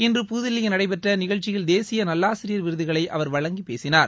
இன்று புதுதில்லியில் நடைபெற்ற நிகழ்ச்சியில் தேசிய நல்லாசிரியர் விருதுகளை அவா வழங்கி பேசினார்